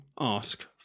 ask